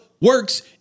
works